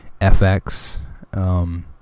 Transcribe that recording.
FX